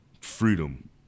freedom